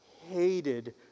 hated